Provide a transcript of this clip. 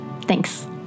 Thanks